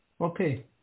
okay